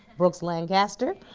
brooks lancaster,